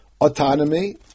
autonomy